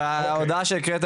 ההודעה שהקראת